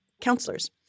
counselors